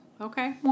Okay